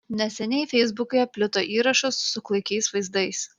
neseniai feisbuke plito įrašas su klaikiais vaizdais